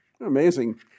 amazing